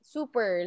Super